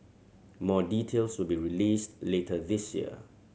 more details will be released later this year